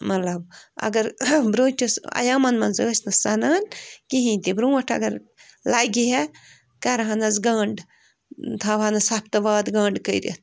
مطلب اگر برٛوںٛٹھمِس عیامن منٛز ٲسۍ نہٕ سَنان کِہیٖنٛۍ تہِ برٛونٛٹھ اگر لَگہِ ہے کرہانس گنٛڈ تھاوہانس ہفتہٕ وادٕ گنٛڈ کٔرِتھ